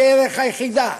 זו הדרך היחידה